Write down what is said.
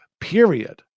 period